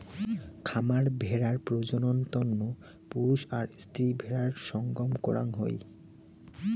খামার ভেড়ার প্রজনন তন্ন পুরুষ আর স্ত্রী ভেড়ার সঙ্গম করাং হই